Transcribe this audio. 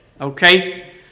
Okay